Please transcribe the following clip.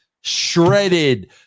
shredded